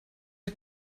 der